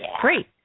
great